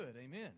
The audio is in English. Amen